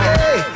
Hey